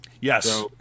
Yes